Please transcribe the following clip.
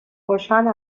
خوشحال